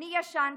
אני ישנתי.